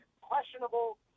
questionable